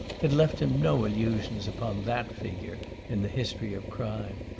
had left him no illusions upon that figure in the history of crime.